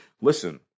Listen